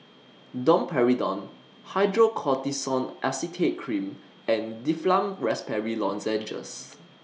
Domperidone Hydrocortisone Acetate Cream and Difflam Raspberry Lozenges